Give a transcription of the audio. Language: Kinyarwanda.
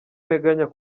nteganya